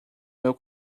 meu